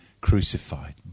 crucified